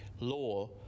law